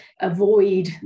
avoid